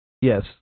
yes